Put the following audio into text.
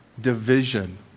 division